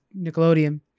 Nickelodeon